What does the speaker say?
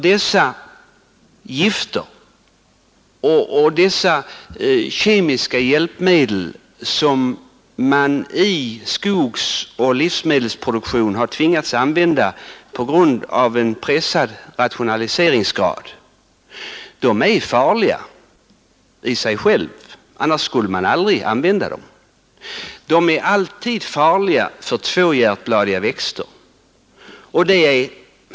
Dessa kemiska medel, som man har tvingats använda i skogsoch livsmedelsproduktion på grund av pressen från rationaliseringskravet, är farliga i sig själva — annars skulle man aldrig använda dem. De är alltid farliga för tvåhjärtbladiga växter.